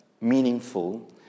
meaningful